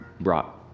brought